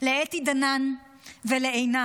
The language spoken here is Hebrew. לאתי דנן ולענת,